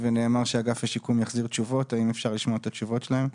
וגם לחברים שלי בארגון.